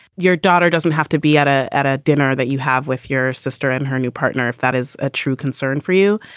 your daughter doesn't have to be out ah at a dinner that you have with your sister and her new partner, if that is a true concern for you.